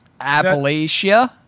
Appalachia